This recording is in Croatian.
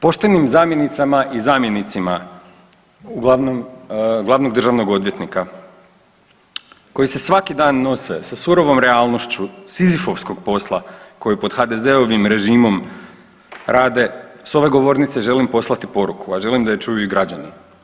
Poštenim zamjenicama i zamjenicima glavnog državnog odvjetnika koji se svaki dan nose sa surovom realnošću Sizifovskog posla koji pod HDZ-ovim režimom rade sa ove govornice želim poslati poruku, a želim da je čuju i građani.